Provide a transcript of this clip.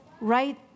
right